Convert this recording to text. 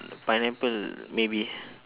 pineapple maybe